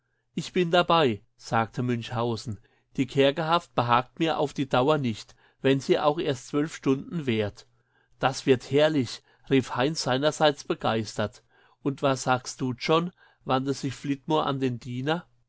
ich bin dabei sagte münchhausen die kerkerhaft behagt mir auf die dauer nicht wenn sie auch erst zwölf stunden währt das wird herrlich rief heinz seinerseits begeistert und was sagst du john wandte sich flitmore an den diener